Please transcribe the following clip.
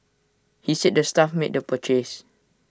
he said the staff made the purchase